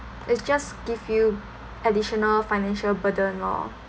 it's just give you additional financial burden lor